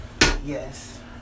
Yes